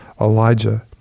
Elijah